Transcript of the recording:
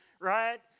right